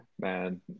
man